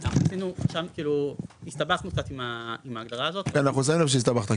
כאילו שם הסתבכו קצת עם ההגדרה הזאת -- כן אנחנו שמים לב שהסתבכת.